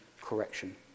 correction